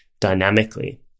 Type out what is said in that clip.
dynamically